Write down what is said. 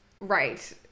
Right